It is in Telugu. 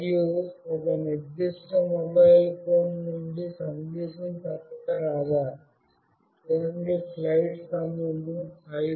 మరియు ఒక నిర్దిష్ట మొబైల్ ఫోన్ నుండి సందేశం తప్పక రావాలి